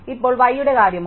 ഇപ്പോൾ y യുടെ കാര്യമോ